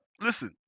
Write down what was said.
listen